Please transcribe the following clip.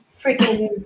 freaking